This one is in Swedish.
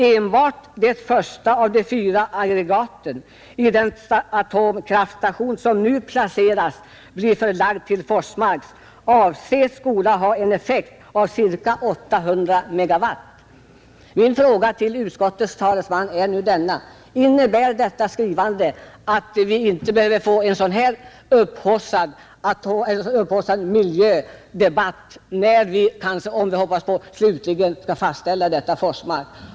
Enbart det första av de fyra aggregaten i den atomkraftstation som nu planeras bli förlagd till Forsmark avses skola ha en effekt av ca 800 MW.” Min fråga till utskottets talesman är: Innebär detta att vi inte behöver få en sådan här upphaussad miljödebatt när vi, som vi hoppas, slutligen skall fastställa byggandet av atomkraftstationen i Forsmark?